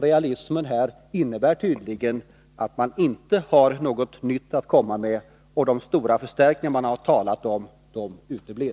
Realismen innebär i det här fallet tydligen att man inte har något nytt att komma med och att de stora förstärkningar man har talat om uteblir.